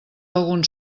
algun